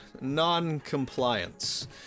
non-compliance